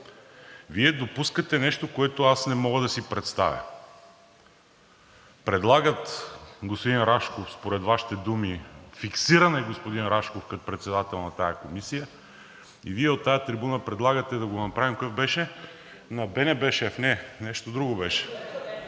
Вие допускате нещо, което аз не мога да си представя. Предлагат господин Рашков, според Вашите думи, фиксиран е господин Рашков като председател на тази комисия, и Вие от тази трибуна предлагате да го направим – какъв беше? – на БНБ шеф – не, нещо друго беше.